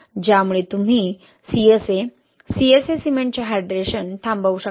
त्यामुळे तुम्ही CSA CSA सिमेंटचे हायड्रेशन थांबवू शकता